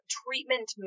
treatment